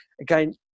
Again